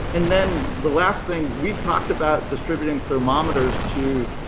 and then the last thing we've talked about distributing thermometers to